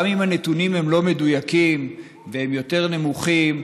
גם אם הנתונים לא מדויקים והם יותר נמוכים,